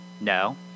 No